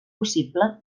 possible